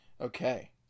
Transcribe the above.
okay